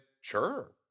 sure